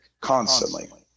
constantly